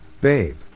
babe